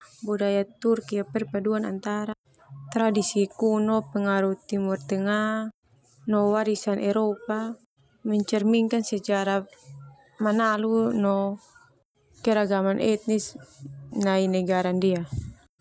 Budaya Turki perpaduan antara tradisi kuno, pengaruh Timor tengah, no warisan Eropa mencerminkan sejarah manalu no keragaman etnis nai negara ndia.